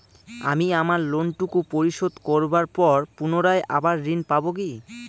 আমি আমার লোন টুকু পরিশোধ করবার পর পুনরায় আবার ঋণ পাবো কি?